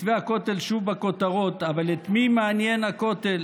מתווה הכותל שוב בכותרות, אבל את מי מעניין הכותל?